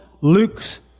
Luke's